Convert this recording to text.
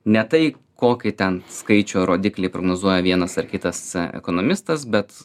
ne tai kokį ten skaičių ar rodiklį prognozuoja vienas ar kitas e ekonomistas bet